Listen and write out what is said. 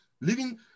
living